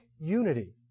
unity